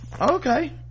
okay